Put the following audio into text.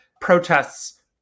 protests